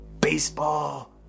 baseball